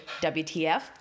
WTF